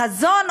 החזון,